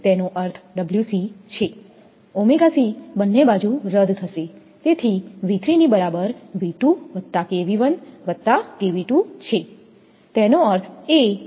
તેનો અર્થ છે બંને બાજુ રદ થશે તેથી છે તેનો અર્થ એ છે